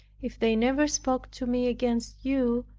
if they never spoke to me against you,